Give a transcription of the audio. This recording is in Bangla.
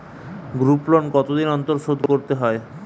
গ্রুপলোন কতদিন অন্তর শোধকরতে হয়?